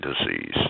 disease